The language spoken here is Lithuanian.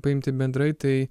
paimti bendrai tai